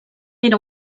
era